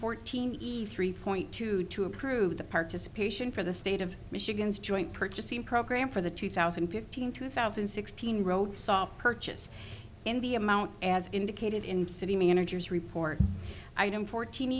fourteen e's three point two two approve the participation for the state of michigan's joint purchasing program for the two thousand and fifteen two thousand and sixteen road stop purchase in the amount as indicated in city managers report item fort